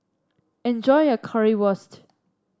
enjoy your Currywurst